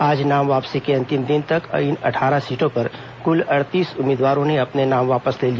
आज नाम वापसी के अंतिम दिन तक इन अट्ठारह सीटों पर कुल अड़तीस उम्मीदवारों ने अपने नाम वापस ले लिए